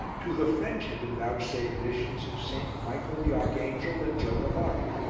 to the french had been vouchsafed visions of st. michael the archangel and joan of arc.